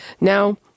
Now